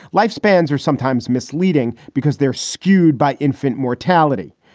lifespans are sometimes misleading because they're skewed by infant mortality.